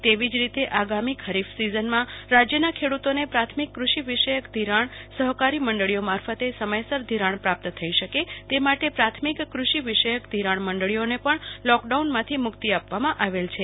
તેવી જ રીતે આગામી ખરીફ સિઝનમાં રાજયના ખેડૂતોને પ્રાથમિક કૃષિ વિષયક ઘિરાણ સફકારી મંડળીઓ મારફતે સમયસર ઘિરાણ પ્રાપ્ત થઇ શકે તે માટે પ્રાથમિક કૃષિ વિષયક ઘિરાણ મંડળીઓને પણ લોકડાઉનમાંથી મુકિત આપવામાં આવેલ છે